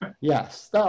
Yes